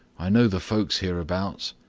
i know the folks hereabouts.